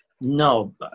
No